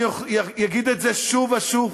אני אגיד את זה שוב ושוב,